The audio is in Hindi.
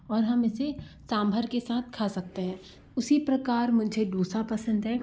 और हम इसे सांभर के साथ खा सकते हैं उसी प्रकार मुझे डोसा पसंद है